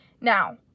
Now